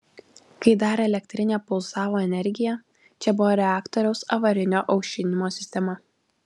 kai dar elektrinė pulsavo energija čia buvo reaktoriaus avarinio aušinimo sistema